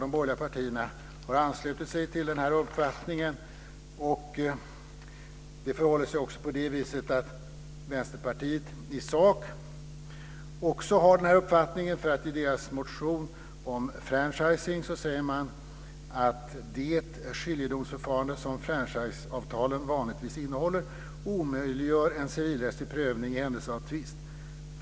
De borgerliga partierna har anslutit sig till den här uppfattningen, och det förhåller sig också på det viset att Vänsterpartiet i sak har den här uppfattningen. I deras motion om franchising sägs att "Det skiljedomsförfarande som franchiseavtalen vanligtvis innehåller omöjliggör en civilrättslig prövning i händelse av tvist.